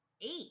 eight